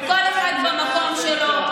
כל אחד במקום שלו,